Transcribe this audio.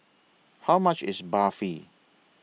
How much IS Barfi